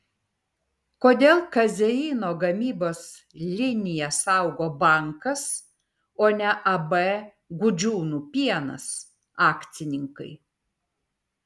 kodėl kazeino gamybos liniją saugo bankas o ne ab gudžiūnų pienas akcininkai